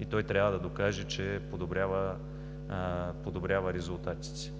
и той трябва да докаже, че подобрява резултатите.